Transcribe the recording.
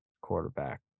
quarterback